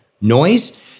noise